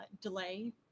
delay